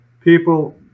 people